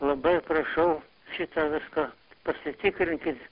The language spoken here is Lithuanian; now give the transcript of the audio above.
labai prašau šitą viską pasitikrinkit